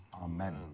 Amen